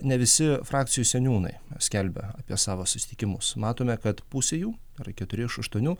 ne visi frakcijų seniūnai skelbia apie savo susitikimus matome kad pusė jų yra keturi iš aštuonių